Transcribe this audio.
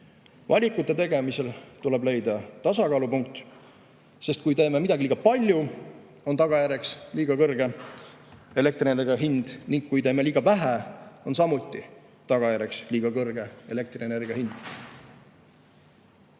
Valikute tegemisel tuleb leida tasakaalupunkt, sest kui me teeme midagi liiga palju, on tagajärg liiga kõrge elektrienergia hind, ning kui teeme liiga vähe, on samuti tagajärg liiga kõrge elektrienergia hind.